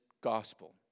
gospel